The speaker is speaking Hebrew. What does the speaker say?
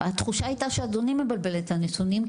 התחושה הייתה שאדוני מבלבל את הנתונים,